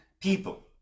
people